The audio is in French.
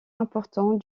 important